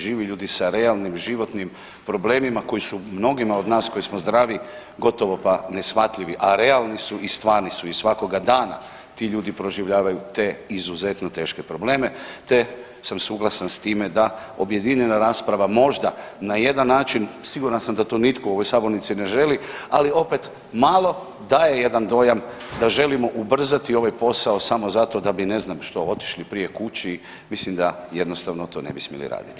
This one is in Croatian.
Živi ljudi sa realnim, životnim problemima koji su mnogima od nas koji smo zdravi gotovo pa neshvatljivi, a realni su i stvarni su i svakoga dana ti ljudi proživljavaju te izuzetno teške probleme, te sam suglasan s time da objedinjena rasprava možda na jedan način, siguran sam da to nitko u ovoj sabornici ne želi, ali opet malo daje jedan dojam da želimo ubrzati ovaj posao samo zato da bi ne znam što otišli prije kući, mislim da jednostavno to ne bi smjeli raditi.